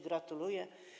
Gratuluję.